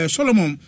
Solomon